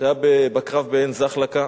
שהיה בקרב בעין-זחלתא.